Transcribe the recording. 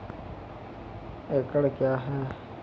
एकड कया हैं?